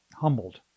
humbled